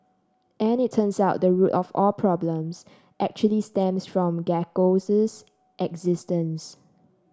and it turns out the root of all problems actually stems from Gecko's existence